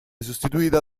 sostituita